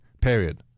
Period